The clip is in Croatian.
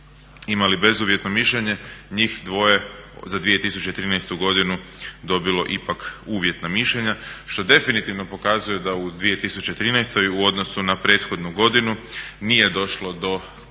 imali bezuvjetno mišljenje njih dvoje za 2013. godinu dobilo ipak uvjetna mišljenja što definitivno pokazuje da u 2013. u odnosu na prethodnu godinu nije došlo do